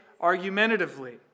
argumentatively